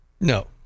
No